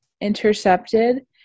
intercepted